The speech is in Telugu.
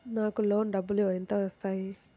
నాకు లోన్ డబ్బులు ఎంత వస్తాయి?